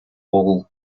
all